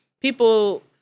people